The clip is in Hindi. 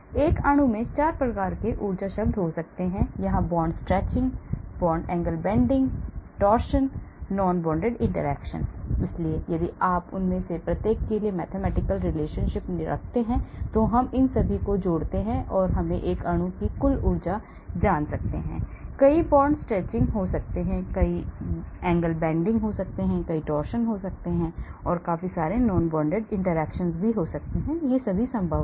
तो एक अणु में 4 प्रकार के ऊर्जा शब्द हो सकते हैं यहाँ bond stretching the bond angle bending the torsion the non bonded interaction इसलिए यदि आप उनमें से प्रत्येक के लिए mathematical relationship रखते हैं और हम इन सभी को जोड़ते हैं हमें एक अणु की कुल ऊर्जा जान सकते हैं कई bond stretching हो सकते हैं कई angle bending हो सकते हैं कई torsion हो सकते हैं कई non bonded interactions हो सकती हैं जो संभव हैं